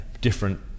different